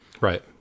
right